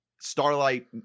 Starlight